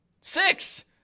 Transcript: Six